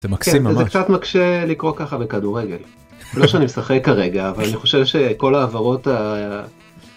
זה מקסים ממש. קצת מקשה לקרוא ככה בכדורגל לא שאני משחק הרגע אבל אני חושב שכל העברות.